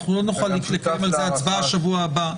אנחנו לא נוכל לקיים הצבעה על זה בשבוע הבא.